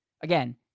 again